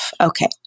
Okay